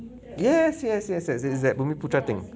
yes yes yes exact bumiputera thing